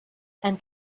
and